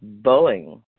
Boeing